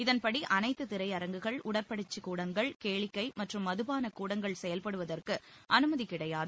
இதன்படி அனைத்து திரையரங்குகள் உடற்பயிற்சிக் கூடங்கள் கேளிக்கை மற்றும் மதுபானக் கூடங்கள் செயல்படுவதற்கு அனுமதி கிடையாது